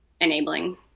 enabling